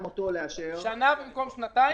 שנה במקום שנתיים?